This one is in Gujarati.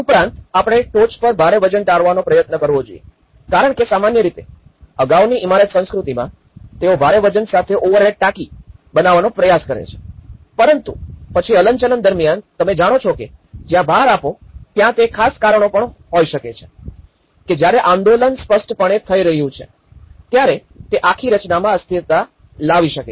ઉપરાંત આપણે ટોચ પર ભારે વજનને ટાળવાનો પ્રયત્ન કરવો જોઈએ કારણ કે સામાન્ય રીતે અગાઉની ઇમારત સંસ્કૃતિમાં તેઓ ભારે વજન સાથે ઓવરહેડ ટાંકી બનાવવાનો પ્રયાસ કરે છે પરંતુ પછી હલનચલન દરમિયાન તમે જાણો છો કે જ્યાં ભાર આપો ત્યાં તે ખાસ કારણો પણ હોઈ શકે છે કે જયારે આંદોલન સ્પષ્ટપણે થઈ રહ્યું છે ત્યારે તે આખી રચનામાં અસ્થિરતા લાવી શકે છે